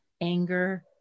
anger